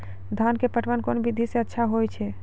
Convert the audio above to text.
धान के पटवन कोन विधि सै अच्छा होय छै?